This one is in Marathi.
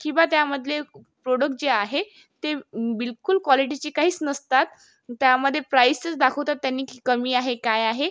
किंवा त्यामधले प्रोडक् जे आहे ते बिलकुल क्वालिटीचे काहीच नसतात त्यामध्ये प्राइसच दाखवतात त्यांनी की कमी आहे काय आहे